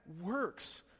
works